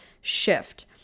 shift